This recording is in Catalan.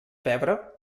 pebre